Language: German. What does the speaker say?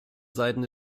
seiten